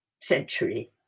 century